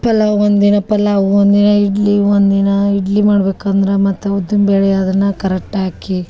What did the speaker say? ಪಲಾವು ಒಂದಿನ ಪಲಾವು ಒಂದಿನ ಇಡ್ಲಿ ಒಂದಿನ ಇಡ್ಲಿ ಮಾಡ್ಬಕಂದ್ರ ಮತ್ತೆ ಉದ್ದಿನ ಬೇಳೆ ಅದನ್ನ ಕರೆಕ್ಟ್ ಹಾಕಿ